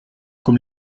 comme